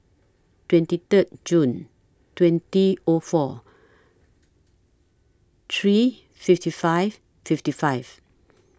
twenty Third June twenty O four three fifty five fifty five